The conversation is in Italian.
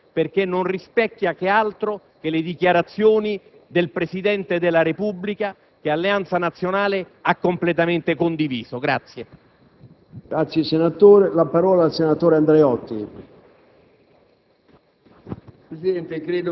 alla nostra interrogazione, che non rispecchia altro che le dichiarazioni del Presidente della Repubblica, che Alleanza Nazionale ha completamente condiviso.